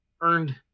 earned